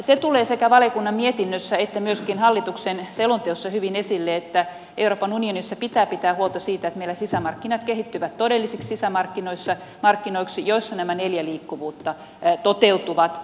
se tulee sekä valiokunnan mietinnössä että myöskin hallituksen selonteossa hyvin esille että euroopan unionissa pitää pitää huolta siitä että meillä sisämarkkinat kehittyvät todellisiksi sisämarkkinoiksi joissa nämä neljä liikkuvuutta toteutuvat